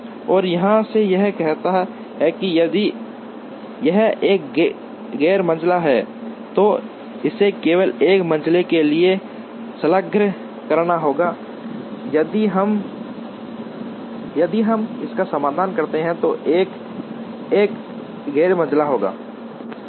और यहाँ से यह कहता है कि यदि यह एक गैर मंझला है तो इसे केवल एक मंझले के लिए संलग्न करना होगा यदि हम इसका समाधान करते हैं तो 1 एक गैर मंझला होता है